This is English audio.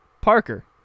Parker